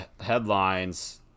headlines